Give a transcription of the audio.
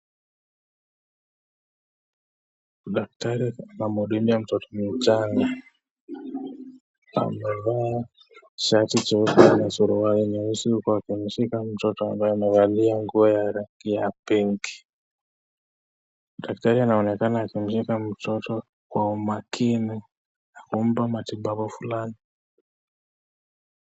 Daktari anamuudumia mtoto mchanga. Amevaa shati jeupe na suruali nyeusi huku akimshika mtoto ambaye amevalia nguo ya rangi ya [pink]. Daktari anaonekana akimshika mtoto kwa umakini na kumpa matibabu fulani.